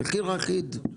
מחיר אחיד.